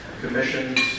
commissions